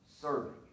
serving